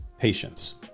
patience